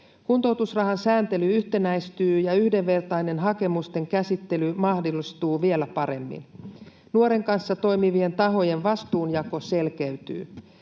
Kuntoutusrahan sääntely yhtenäistyy ja yhdenvertainen hakemusten käsittely mahdollistuu vielä paremmin. Nuoren kanssa toimivien tahojen vastuunjako selkeytyy.